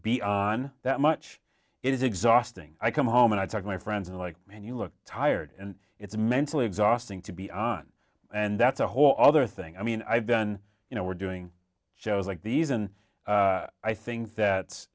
be on that much it is exhausting i come home and i talk my friends and like and you look tired and it's mentally exhausting to be on and that's a whole other thing i mean i've done you know we're doing shows like these and i think that